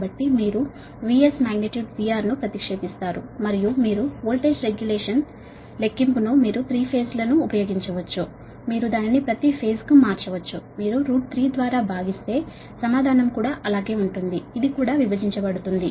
కాబట్టి మీరు VS magnitude లో VR ను ప్రతిక్షేపిస్తారు మరియు మీ వోల్టేజ్ రెగ్యులేషన్ లెక్కించేటప్పుడు మీరు '3 ఫేజ్ లను ఉపయోగించవచ్చు మీరు దానిని ప్రతి ఫేజ్ కు మార్చవచ్చు మీరు 3 ద్వారా భాగిస్తే సమాధానం కూడా అలాగే ఉంటుంది ఇది 3ద్వారా కూడా విభజించబడుతుంది